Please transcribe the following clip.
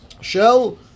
shell